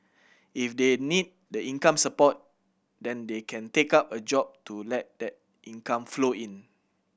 if they need the income support then they can take up a job to let that income flow in